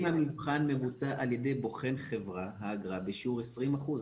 כתוב "אם המבחן מבוצע על ידי בוחן חברה האגרה בשיעור 20%",